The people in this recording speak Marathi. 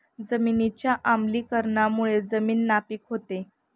जमिनीच्या आम्लीकरणामुळे जमीन नापीक होते